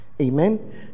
amen